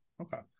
okay